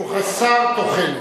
שהוא חסר תוחלת.